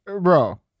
Bro